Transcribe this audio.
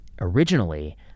originally